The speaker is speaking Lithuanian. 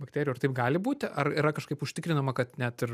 bakterijų ar taip gali būti ar yra kažkaip užtikrinama kad net ir